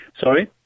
Sorry